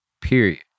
period